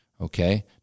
okay